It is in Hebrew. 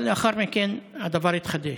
אבל לאחר מכן הדבר התחדש.